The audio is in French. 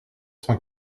cent